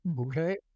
okay